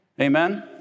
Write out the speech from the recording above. Amen